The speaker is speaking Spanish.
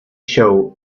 show